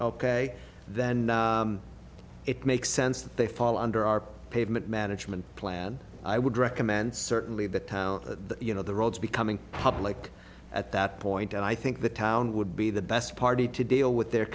ok then it makes sense that they fall under our pavement management plan i would recommend certainly the town that you know the roads becoming public at that point and i think the town would be the best party to deal with their